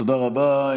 תודה רבה.